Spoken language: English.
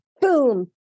boom